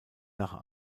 nach